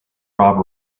rob